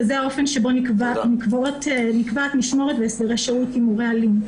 וזה האופן שבו נקבעת משמורת והסדרי שהות עם הורה אלים.